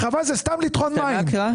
חבל, זה סתם לטחון מים.